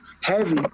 heavy